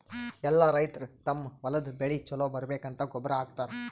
ಎಲ್ಲಾ ರೈತರ್ ತಮ್ಮ್ ಹೊಲದ್ ಬೆಳಿ ಛಲೋ ಬರ್ಬೇಕಂತ್ ಗೊಬ್ಬರ್ ಹಾಕತರ್